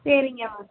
சரிங்கமா